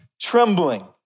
trembling